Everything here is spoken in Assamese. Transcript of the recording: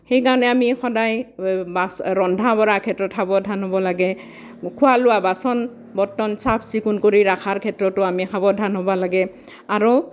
সেইকাৰণে আমি সদায় ৰন্ধা বঢ়াৰ ক্ষেত্ৰত সাৱধান হ'ব লাগে খোৱা লোৱা বাচন বৰ্তন চাফ চিকুণ কৰি ৰখাৰ ক্ষেত্ৰতো আমি সাৱধান হ'ব লাগে আৰু